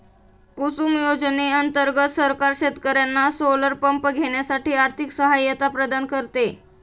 कुसुम योजने अंतर्गत सरकार शेतकर्यांना सोलर पंप घेण्यासाठी आर्थिक सहायता प्रदान करते